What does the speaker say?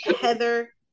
Heather